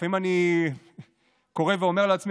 לפעמים אני קורא ואומר לעצמי,